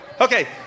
Okay